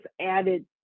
added